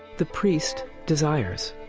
the priest desires.